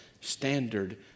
standard